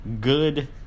good